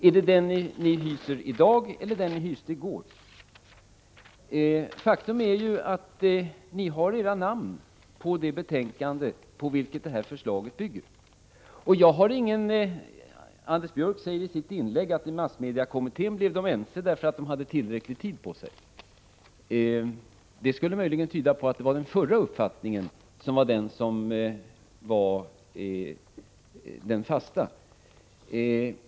Är det den ni hyser i dag, eller är det den ni hyste i går? Faktum är ju att ni har era namn på det betänkande på vilket detta förslag bygger. Anders Björck sade i sitt inlägg att man blev ense i massmediekommittén därför att man hade tillräcklig tid på sig. Det skulle möjligen tyda på att det var den förra uppfattningen som var den fasta.